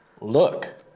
Look